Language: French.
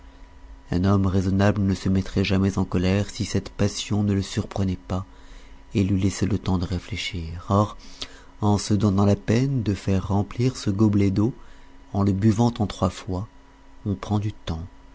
un homme raisonnable ne se mettrait jamais en colère si cette passion ne le surprenait pas et lui laissait le temps de réfléchir or en se donnant la peine de faire remplir ce gobelet d'eau en le buvant en trois fois on prend du temps